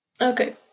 okay